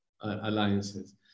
Alliances